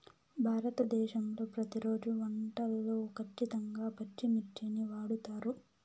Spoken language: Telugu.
భారతదేశంలో ప్రతిరోజు వంటల్లో ఖచ్చితంగా పచ్చిమిర్చిని వాడుతారు